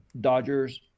Dodgers